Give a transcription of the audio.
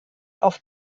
auf